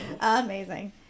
Amazing